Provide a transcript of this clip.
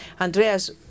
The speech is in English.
Andreas